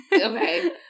Okay